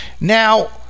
Now